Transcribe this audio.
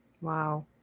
Wow